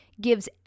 gives